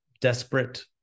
desperate